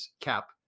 cap